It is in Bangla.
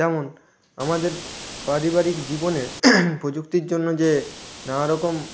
তেমন আমাদের পারিবারিক জীবনে প্রযুক্তির জন্য যে নানা রকম